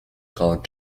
called